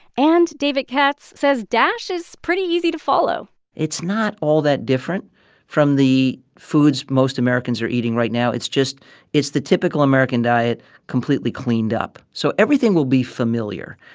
and david katz says dash is pretty easy to follow it's not all that different from the foods most americans are eating right now. it's just it's the typical american diet completely cleaned up. so everything will be familiar.